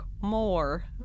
more